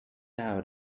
out